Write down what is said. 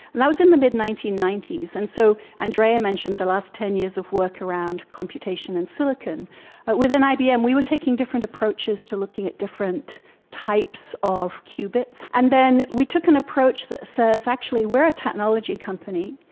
and that was in the mid nineteen ninety s. and so andrea mentioned the last ten years of work around computation and silicon, but within ibm we were taking different approaches to looking at different types of qubits. and then we took an approach that says actually we are a technology company,